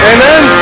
Amen